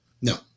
no